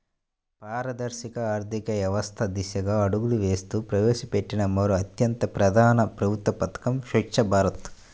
పారదర్శక ఆర్థిక వ్యవస్థ దిశగా అడుగులు వేస్తూ ప్రవేశపెట్టిన మరో అత్యంత ప్రధాన ప్రభుత్వ పథకం స్వఛ్చ భారత్